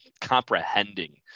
comprehending